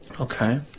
Okay